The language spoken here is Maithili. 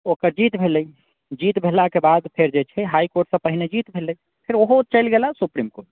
ओकर जीत भेलै जीत भेलाके बाद फेर जे छै हाइकोर्टसँ पहिने जीत भेलै फेर ओहो चलि गेल सुप्रीम कोर्ट